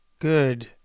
Good